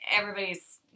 everybody's